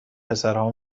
پسرها